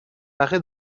arrêt